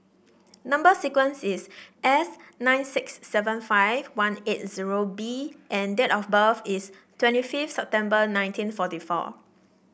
number sequence is S nine six seven five one eight zero B and date of birth is twenty fifth September nineteen forty four